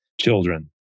children